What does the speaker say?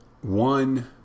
one